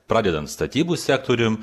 pradedant statybų sektorium